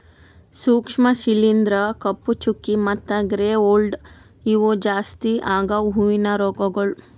ಸೂಕ್ಷ್ಮ ಶಿಲೀಂಧ್ರ, ಕಪ್ಪು ಚುಕ್ಕಿ ಮತ್ತ ಗ್ರೇ ಮೋಲ್ಡ್ ಇವು ಜಾಸ್ತಿ ಆಗವು ಹೂವಿನ ರೋಗಗೊಳ್